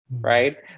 Right